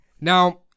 Now